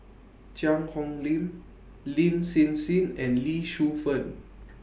Cheang Hong Lim Lin Hsin Hsin and Lee Shu Fen